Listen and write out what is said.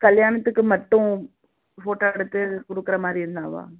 கல்யாணத்துக்கு மட்டும் ஃபோட்டோ எடுத்து கொடுக்குற மாதிரி இருந்தாவா